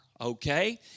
Okay